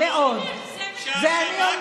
אם את חושבת שמותר,